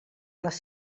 les